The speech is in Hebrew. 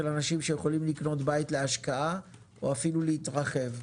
אנשים שיכולים לקנות בית להשקעה או אפילו להתרחב,